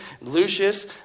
Lucius